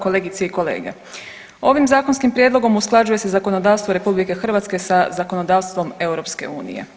Kolegice i kolege ovim zakonskim prijedlogom usklađuje se zakonodavstvo RH sa zakonodavstvom EU.